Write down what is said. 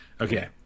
okay